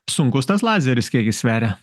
sunkus tas lazeris kiek jis sveria